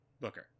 Booker